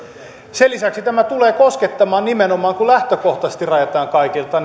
sen lisäksi tämä tulee koskettamaan nimenomaan kun lähtökohtaisesti rajataan kaikilta